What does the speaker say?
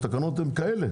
הן כאלה.